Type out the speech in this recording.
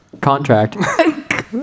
Contract